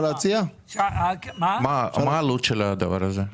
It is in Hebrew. מה העלות של הדבר הזה?